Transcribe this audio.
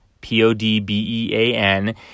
P-O-D-B-E-A-N